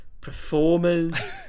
Performers